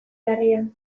jarraian